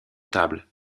table